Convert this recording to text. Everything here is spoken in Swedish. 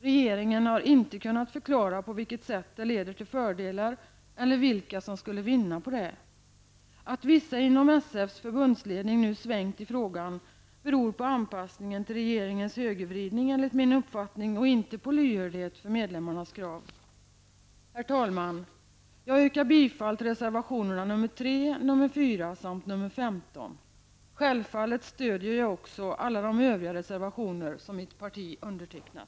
Regeringen har inte kunnat förklara på vilket sätt det leder till fördelar eller vilka som skulle vinna på det. Att vissa inom SFs förbundsledning nu svängt i frågan beror, enligt min uppfattning, på anpassningen till regeringens högervridning och inte på lyhördhet för medlemmarnas krav. Herr talman! Jag yrkar bifall till reservationerna 3, 4 samt 15. Självfallet stöder jag också alla de övriga reservationer där mitt parti finns med.